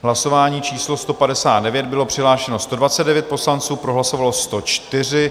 V hlasování číslo 159 bylo přihlášeno 129 poslanců, pro hlasovalo 104.